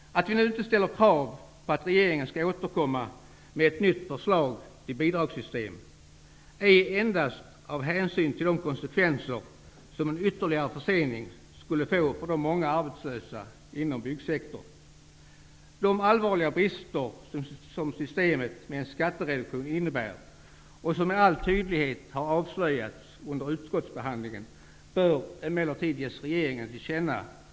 Av hänsyn till de konsekvenser som en ytterligare försening skulle få för de många arbetslösa inom byggsektorn ställer vi nu inte krav på att regeringen skall återkomma med ett nytt förslag till bidragssystem. De allvarliga brister som systemet med en skattereduktion innebär och som med all tydlighet har avslöjats under utskottsbehandlingen bör emellertid ges regeringen till känna.